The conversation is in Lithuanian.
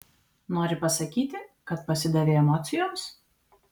nori pasakyti kad pasidavei emocijoms